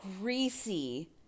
greasy